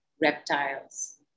reptiles